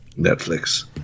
Netflix